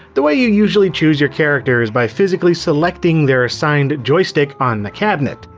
the way you usually choose your character is by physically selecting their assigned joystick on the cabinet.